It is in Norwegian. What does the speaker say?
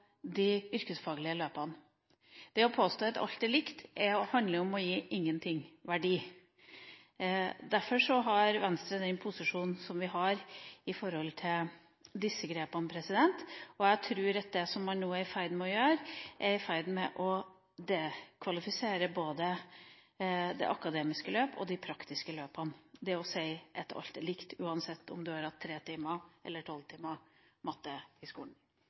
de yrkesfaglige løpene. Det å påstå at alt er likt, handler om å ikke gi noen ting verdi. Derfor har Venstre den posisjonen som vi har når det gjelder disse grepene. Jeg tror at det man nå er i ferd med å gjøre ved å si at alt er likt uansett om man har hatt tre eller tolv timer matte i skolen, vil diskvalifisere både det akademiske løpet og de praktiske løpene.